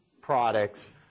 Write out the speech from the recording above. products